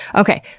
okay,